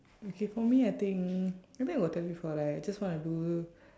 okay for me I think I think I got tell you before right I just wanna do